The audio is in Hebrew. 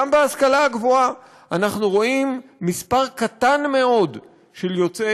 גם בהשכלה הגבוהה אנחנו רואים מספר קטן מאוד של יוצאי